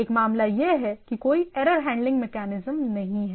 एक मामला यह है कि कोई एरर हैंडलिंग मेकैनिज्म नहीं है